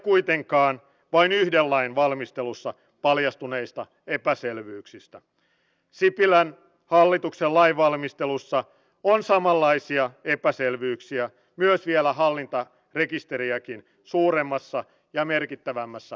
viisi keskeistä askelta tähän hyvään kotouttamiseen mikä palvelee sekä suomen kansallista etua että myös turvapaikanhakijoiden maahanmuuttajien hyvinvointia ja etua